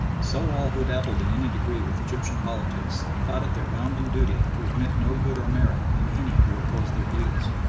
so all who dabbled in any degree with egyptian politics thought it their bounden duty to admit no good or merit in any who opposed their views.